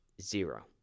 Zero